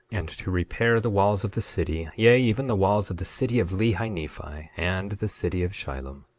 and to repair the walls of the city, yea, even the walls of the city of lehi-nephi, and the city of shilom.